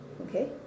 Okay